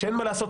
שאין מה לעשות,